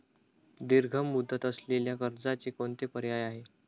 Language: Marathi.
दीर्घ मुदत असलेल्या कर्जाचे कोणते पर्याय आहे?